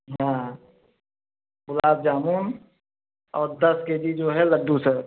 हाँ गुलाब जामुन और दस के जी जो है लड्डू सर